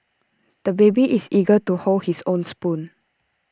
the baby is eager to hold his own spoon